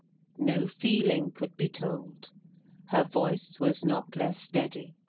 no feeling could be told her voice was not less steady,